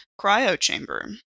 cryo-chamber